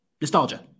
Nostalgia